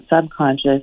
subconscious